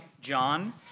John